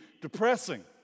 depressing